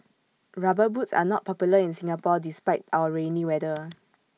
rubber boots are not popular in Singapore despite our rainy weather